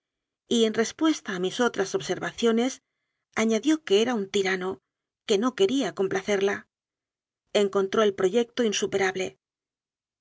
y en respuesta a mis otras obser vaciones añadió que era un tirano que no quería complacerla encontró el proyecto insuperable